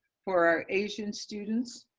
for our asian students,